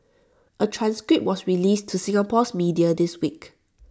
A transcript was released to Singapore's media this week